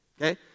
okay